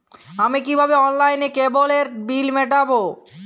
আমি কিভাবে অনলাইনে কেবলের বিল মেটাবো?